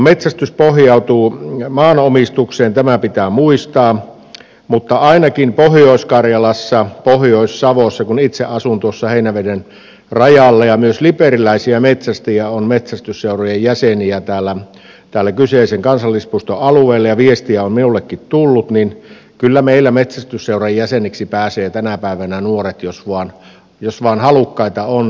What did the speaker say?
metsästys pohjautuu maanomistukseen tämä pitää muistaa mutta ainakin pohjois karjalassa pohjois savossa kun itse asun tuossa heinäveden rajalla ja myös liperiläisiä metsästäjiä on metsästysseurojen jäseninä tällä kyseisen kansallispuiston alueella ja viestiä on minullekin tullut meillä metsästysseuran jäseniksi pääsevät tänä päivänä nuoret jos vain halukkaita on